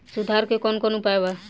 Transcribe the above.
सुधार के कौन कौन उपाय वा?